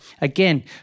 Again